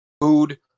food